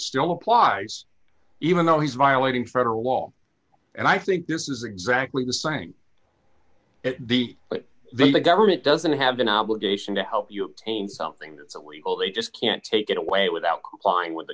still applies even though he's violating federal law and i think this is exactly the same as the what they the government doesn't have an obligation to help you obtain something that's illegal they just can't take it away without complying with the